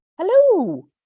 Hello